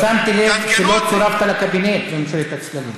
אבל שמתי לב שלא צורפת לקבינט בממשלת הצללים.